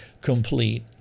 complete